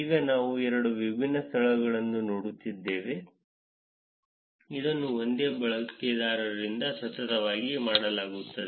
ಈಗ ನಾವು ಎರಡು ವಿಭಿನ್ನ ಸ್ಥಳಗಳನ್ನು ನೋಡುತ್ತಿದ್ದೇವೆ ಇದನ್ನು ಒಂದೇ ಬಳಕೆದಾರರಿಂದ ಸತತವಾಗಿ ಮಾಡಲಾಗುತ್ತದೆ